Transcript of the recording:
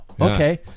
Okay